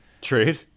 Trade